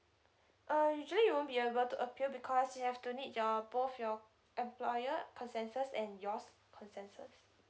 uh usually you won't be able to appeal because you have to need your both your employer consensus and yours consensus